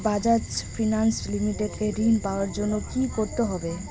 Bajaj finance limited এ ঋন পাওয়ার জন্য কি করতে হবে?